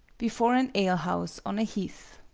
before an alehouse on a heath.